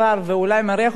זה חומר מסוכן.